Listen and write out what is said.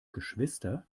geschwister